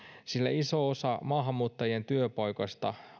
sillä iso osa maahanmuuttajien työpaikoista